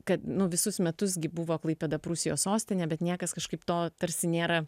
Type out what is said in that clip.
kad nu visus metus gi buvo klaipėda prūsijos sostinė bet niekas kažkaip to tarsi nėra